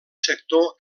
sector